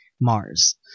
Mars